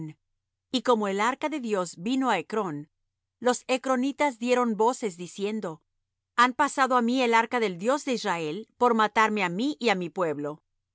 y como el arca de dios vino á ecrón los ecronitas dieron voces diciendo han pasado á mí el arca del dios de israel por matarme á mí y á mi pueblo